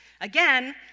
Again